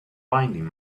binding